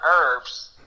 herbs